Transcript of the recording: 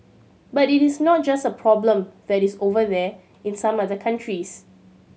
but it is not just a problem that is over there in some other countries